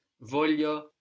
Voglio